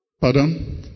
Pardon